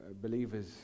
believers